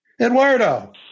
Eduardo